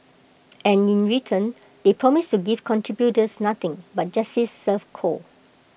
and in return they promise to give contributors nothing but justice served cold